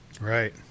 Right